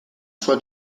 sua